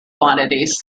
quantities